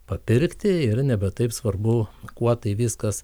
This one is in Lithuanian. papirkti ir nebe taip svarbu kuo tai viskas